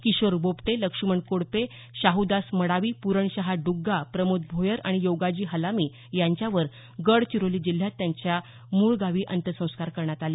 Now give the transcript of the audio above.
किशोर बोबटे लक्ष्मण कोडपे शाहूदास मडावी पुरणशहा डुग्गा प्रमोद भोयर आणि योगाजी हलामी यांच्यावर गडचिरोली जिल्ह्यात त्यांच्या मूळ गावी अंत्यसंस्कार करण्यात आले